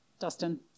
Dustin